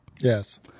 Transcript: Yes